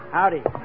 Howdy